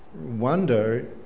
wonder